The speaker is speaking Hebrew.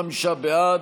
55 בעד,